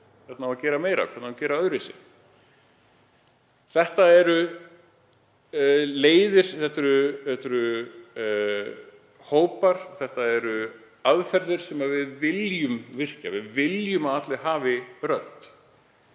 hvernig á að gera meira, gera öðruvísi. Þetta eru leiðir, þetta eru hópar, þetta eru aðferðir sem við viljum virkja. Við viljum að allir hafi rödd.